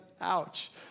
Ouch